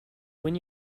when